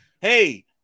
Hey